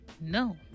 No